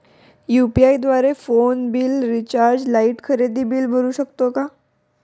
UPI द्वारे phone bill, recharge, light, खरेदी bill भरू शकतो का?